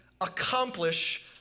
accomplish